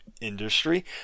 industry